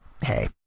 hey